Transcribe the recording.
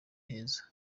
heza